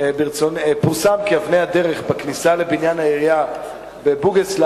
פורסם כי אבני הדרך בכניסה לבניין העירייה בבוגוסלב